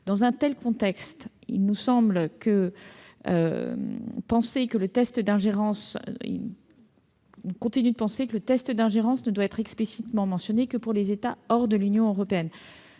Dans un tel contexte, nous persistons à penser que le risque d'ingérence ne doit être explicitement mentionné que pour les États hors de l'Union européenne.